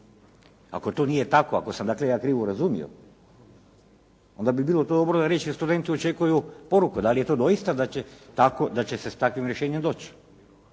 Ako to nije tako, ako sam ja dakle krivo razumio onda bi bilo dobro reći da studenti očekuju poruku da li je to doista tako da će se s takvim rješenjem doći,